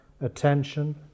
attention